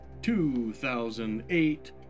2008